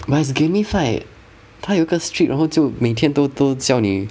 but it's gamified 他有一个 streak 然后就每天都都叫你